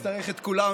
לא נצטרך את כולן.